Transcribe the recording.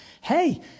Hey